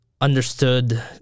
understood